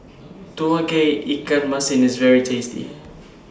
Tauge Ikan Masin IS very tasty